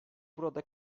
burada